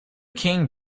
king